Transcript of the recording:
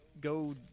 go